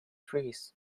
trees